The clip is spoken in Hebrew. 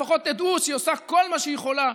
לפחות תדעו שהיא עושה כל מה שהיא יכולה